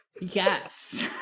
Yes